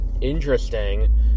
interesting